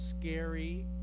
scary